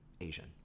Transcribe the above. Asian